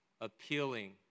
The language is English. appealing